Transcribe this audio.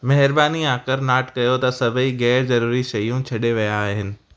महिरबानी आकर नाट कयो त सभेई ग़ैर ज़रूरी शयूं छॾे विया आहिनि